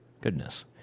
Goodness